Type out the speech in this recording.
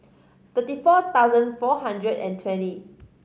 thirty four thousand four hundred and twenty